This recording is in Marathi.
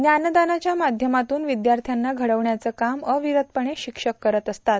ज्ञानदानाच्या माध्यमातून विद्यार्थ्यांना घडविण्याचं काम अविरतपणे शिक्षक करीत असतात